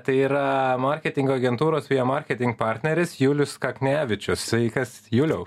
tai yra marketingo agentūros fija marketing partneris julius kaknevičius sveikas juliau